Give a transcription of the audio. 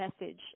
message